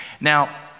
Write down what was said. Now